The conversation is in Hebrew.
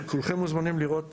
כולכם מוזמנים לראות